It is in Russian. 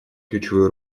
ключевую